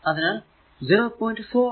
4 I ഇവിടെ I എന്നത് 10 ampere ആണ്